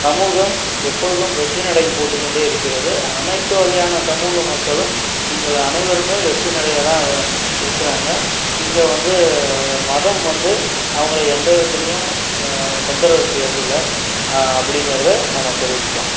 சமூகம் எப்பொழுதும் வெற்றி நடை போட்டுக் கொண்டே இருக்கிறது அனைத்து வகையான சமூக மக்களும் எங்கள் அனைவருமே வெற்றிநடையாகதான் இருக்கிறாங்க இங்கே வந்து மதம் வந்து அவங்கள எந்த விதத்திலியும் தொந்தரவு செய்யறதில்லை அப்படிங்கிறத நம்ம தெரிவிச்சுக்கிலாம்